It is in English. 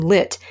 Lit